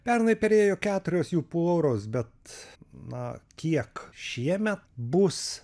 pernai perėjo keturios jų poros bet na kiek šiemet bus